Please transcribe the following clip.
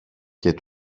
και